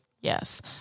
Yes